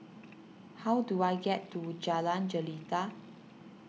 how do I get to Jalan Jelita